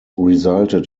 resulted